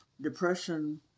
Depression